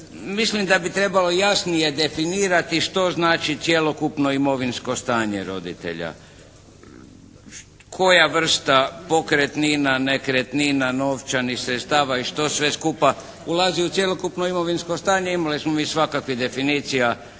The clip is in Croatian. Mislim da bi trebalo jasnije definirati što znači cjelokupno imovinsko stanje roditelja. Koja vrsta pokretnina, nekretnina, novčanih sredstava i što sve skupa ulazi u cjelokupno imovinsko stanje. Imali smo mi svakakvih definicija